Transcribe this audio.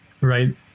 Right